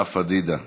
לאה פדידה,